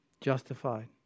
justified